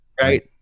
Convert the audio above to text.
right